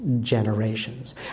generations